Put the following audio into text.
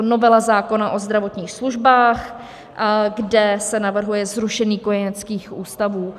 Je to novela zákona o zdravotních službách, kde se navrhuje zrušení kojeneckých ústavů.